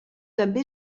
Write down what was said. també